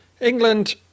England